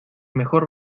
mejor